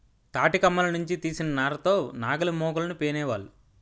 తాటికమ్మల నుంచి తీసిన నార తో నాగలిమోకులను పేనేవాళ్ళు